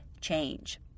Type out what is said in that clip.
change